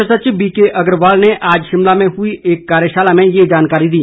मुख्य सचिव बीके अग्रवाल ने आज शिमला में हुई एक कार्यशाला में ये जानकारी दी